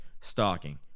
stalking